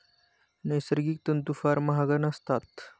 नैसर्गिक तंतू फार महाग नसतात